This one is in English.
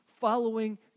following